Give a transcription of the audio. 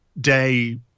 day